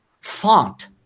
font